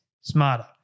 Smarter